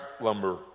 lumber